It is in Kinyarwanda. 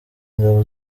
ngabo